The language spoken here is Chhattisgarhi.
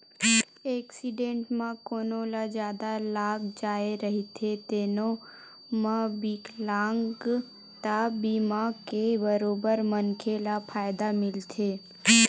एक्सीडेंट म कोनो ल जादा लाग जाए रहिथे तेनो म बिकलांगता बीमा के बरोबर मनखे ल फायदा मिलथे